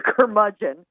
curmudgeon